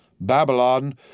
Babylon